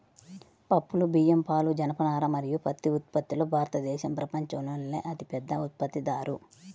పప్పులు, బియ్యం, పాలు, జనపనార మరియు పత్తి ఉత్పత్తిలో భారతదేశం ప్రపంచంలోనే అతిపెద్ద ఉత్పత్తిదారు